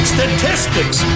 Statistics